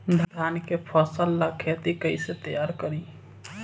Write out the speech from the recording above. धान के फ़सल ला खेती कइसे तैयार करी?